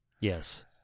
Yes